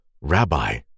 Rabbi